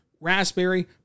raspberry